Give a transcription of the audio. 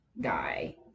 guy